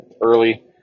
early